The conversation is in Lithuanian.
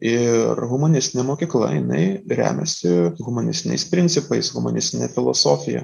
ir humanistinė mokykla jinai remiasi humanistiniais principais humanistine filosofija